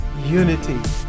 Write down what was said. unity